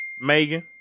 Megan